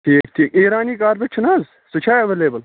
ٹھیٖک ٹھیٖک اِیرانی کارپٮ۪ٹ چھِنَہ حظ سُہ چھا اٮ۪ویلیبٕل